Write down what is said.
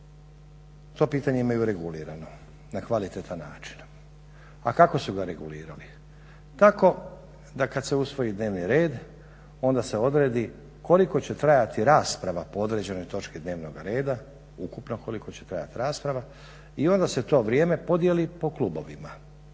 to pitanje imaju regulirano na kvalitetan način. A kako su ga regulirali? Tako da kad se usvoji dnevni red onda se odredi koliko će trajati rasprava po određenoj točki dnevnoga reda, ukupno koliko će trajat rasprava i onda se to vrijeme podijeli po klubovima